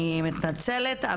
אני מתנצלת,